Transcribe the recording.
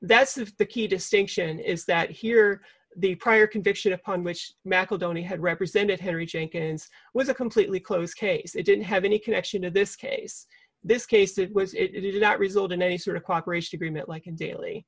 that's if the key distinction is that here the prior conviction upon which macedonia had represented henry jenkins was a completely closed case it didn't have any connection to this case this case it was it is not result in any sort of cooperation agreement like in daily